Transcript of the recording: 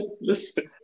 Listen